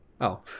Oh